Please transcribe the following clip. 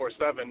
24-7